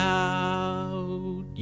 out